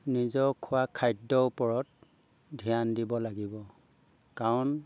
নিজৰ খোৱা খাদ্যৰ ওপৰত ধ্যান দিব লাগিব কাৰণ